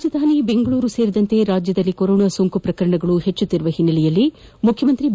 ರಾಜಧಾನಿ ಬೆಂಗಳೂರು ಸೇರಿದಂತೆ ರಾಜ್ಯದಲ್ಲಿ ಕೊರೊನಾ ಸೋಂಕು ಪ್ರಕರಣಗಳು ಹೆಚ್ಚುತ್ತಿರುವ ಹಿನ್ನೆಲೆಯಲ್ಲಿ ಮುಖ್ಯಮಂತ್ರಿ ಬಿ